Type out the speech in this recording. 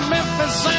Memphis